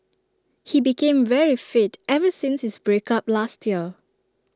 he became very fit ever since his break up last year